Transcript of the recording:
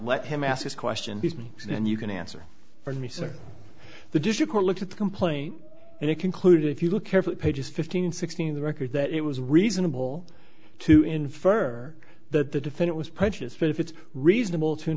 let him ask his question and you can answer for me sir the district court look at the complaint and it concluded if you look carefully pages fifteen sixteen the record that it was reasonable to infer that the defendant was prejudiced but if it's reasonable to